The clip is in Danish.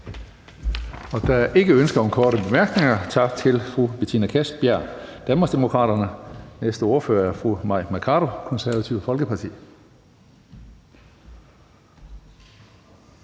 Der er ikke ønske om korte bemærkninger. Tak til fru Betina Kastbjerg, Danmarksdemokraterne. Næste ordfører er fru Mai Mercado, Det Konservative Folkeparti.